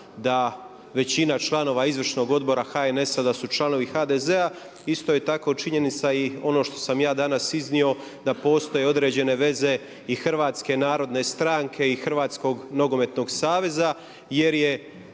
da većina članova izvršnog odbora HNS-a da su članovi HDZ-a. Isto je tako činjenica i ono što sam ja danas iznio da postoje određene veze i Hrvatske narodne stranke i Hrvatskog nogometnog saveza jer je